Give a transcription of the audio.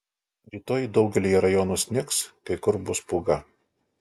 rytoj daugelyje rajonų snigs kai kur bus pūga